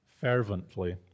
fervently